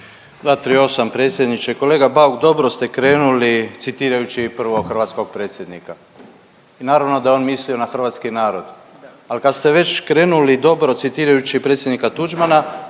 238. predsjedniče. Kolega Bauk dobro ste krenuli citirajući prvog hrvatskog predsjednika i naravno da je on mislio na hrvatski narod, al kad ste već krenuli dobro citirajući predsjednika Tuđmana